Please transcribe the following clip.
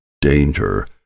danger